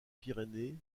pyrénées